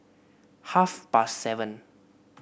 half past seven